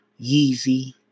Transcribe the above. Yeezy